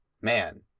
Man